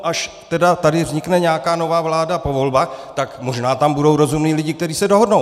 Až tady vznikne nějaká nová vláda po volbách, možná tam budou rozumní lidé, kteří se dohodnou.